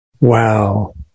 Wow